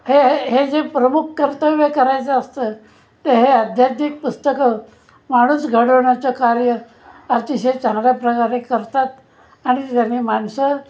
हे हे जे प्रमुख कर्तव्य करायचं असतं ते हे आध्यात्मिक पुस्तकं माणूस घडवण्याचं कार्य अतिशय चांगल्या प्रकारे करतात आणि त्याने माणसं